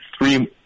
three